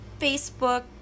facebook